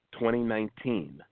2019